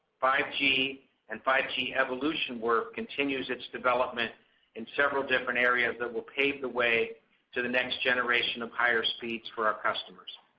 five g and five g evolution work continues its development in several different areas that will pave the way to the next generation of higher speeds for our customers.